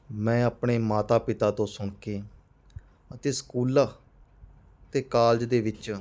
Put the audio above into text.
ਮੈਂ ਆਪਣੇ ਮਾਤਾ ਪਿਤਾ ਤੋਂ ਸੁਣ ਕੇ ਅਤੇ ਸਕੂਲ ਅਤੇ ਕਾਲਜ ਦੇ ਵਿੱਚ